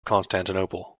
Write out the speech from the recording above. constantinople